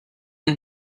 and